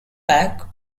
pack